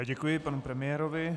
Děkuji panu premiérovi.